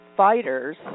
Fighters